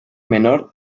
menor